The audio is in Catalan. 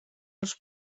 dels